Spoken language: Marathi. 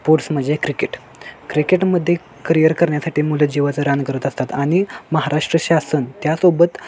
स्पोर्ट्स म्हणजे क्रिकेट क्रिकेटमध्ये करियर करण्यासाठी मुलं जीवाचं रान करत असतात आणि महाराष्ट्र शासन त्यासोबत